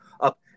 up